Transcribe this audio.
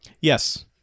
Yes